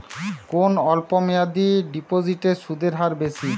কোন অল্প মেয়াদি ডিপোজিটের সুদের হার বেশি?